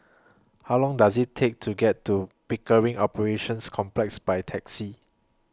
How Long Does IT Take to get to Pickering Operations Complex By Taxi